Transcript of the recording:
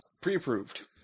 Pre-approved